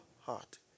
heart